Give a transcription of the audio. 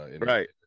right